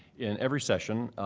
in every session,